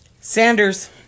Sanders